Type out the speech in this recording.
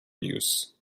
use